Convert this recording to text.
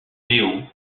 réaux